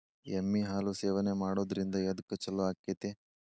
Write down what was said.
ಎಮ್ಮಿ ಹಾಲು ಸೇವನೆ ಮಾಡೋದ್ರಿಂದ ಎದ್ಕ ಛಲೋ ಆಕ್ಕೆತಿ?